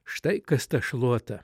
štai kas ta šluota